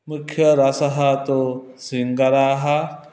मुख्यः रसः तु शृङ्गारः